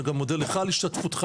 אני גם מודה לך על השתתפותך,